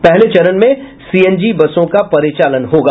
पहले चरण में सीएनजी बसों का परिचालन होगा